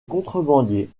contrebandier